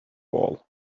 all